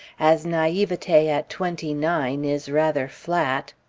as naivete at twenty-nine is rather flat,